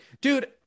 Dude